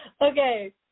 Okay